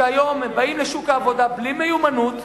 שהיום הם באים לשוק העבודה בלי מיומנות,